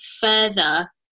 further